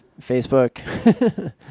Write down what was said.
Facebook